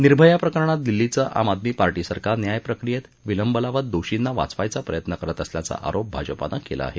निर्भया प्रकरणात दिल्लीचं आम आदमी पार्टी सरकार न्याय प्रक्रियेत विलंब लावत दोषींना वाचवायचा प्रयत्न करत असल्याचा आरोप भाजपानं केला आहे